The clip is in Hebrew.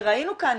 ראינו כאן